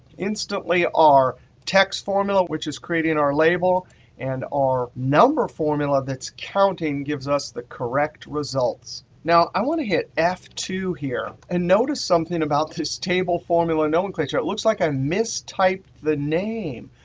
instantly our text formula, which is creating our label and our number formula that's counting gives us the correct results. now i want to hit f two here. and notice something about this table formula nomenclature. it looks like i mistyped the name.